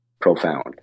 profound